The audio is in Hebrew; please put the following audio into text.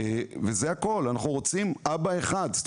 זה הכל; אנחנו רוצים אבא אחד.